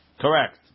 Correct